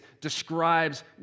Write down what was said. describes